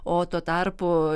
o tuo tarpu